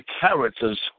characters